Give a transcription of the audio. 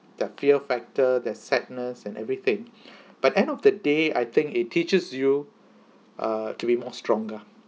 the fear factor there's sadness and everything but end of the day I think it teaches you uh to be more stronger